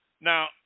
Now